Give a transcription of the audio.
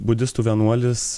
budistų vienuolis